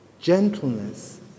gentleness